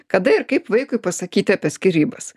kada ir kaip vaikui pasakyti apie skyrybas